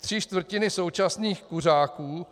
Tři čtvrtiny současných kuřáků